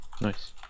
Nice